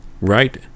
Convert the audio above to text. right